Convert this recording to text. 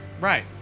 Right